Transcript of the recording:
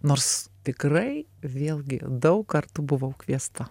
nors tikrai vėlgi daug kartų buvau kviesta